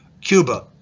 Cuba